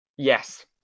Yes